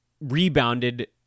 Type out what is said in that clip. rebounded